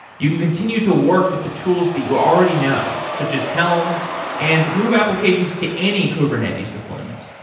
you can continue to work with the tools that you already know, such as helm and move applications to any kubernetes deployment.